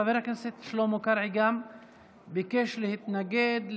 גם חבר הכנסת שלמה קרעי ביקש להתנגד,